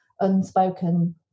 unspoken